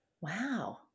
Wow